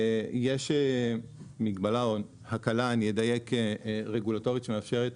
יש הקלה רגולטורית שמאפשרת